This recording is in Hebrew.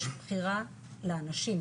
יש בחירה לאנשים,